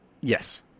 yes